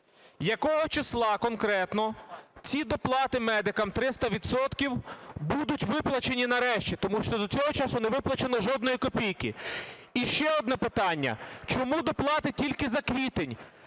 Якого числа конкретно ці доплати медикам 300 відсотків будуть виплачені нарешті, тому що до цього часу не виплачено жодної копійки? І ще одне питання. Чому доплати тільки за квітень?